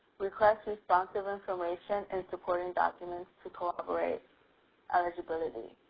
request responsive information and supporting document to collaborate eligibility.